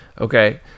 Okay